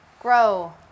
grow